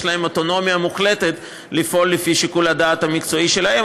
יש להם אוטונומיה מוחלטת לפעול לפי שיקול הדעת המקצועי שלהם,